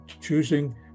choosing